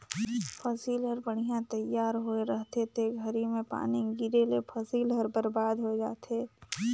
फसिल हर बड़िहा तइयार होए रहथे ते घरी में पानी गिरे ले फसिल हर बरबाद होय जाथे